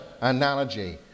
analogy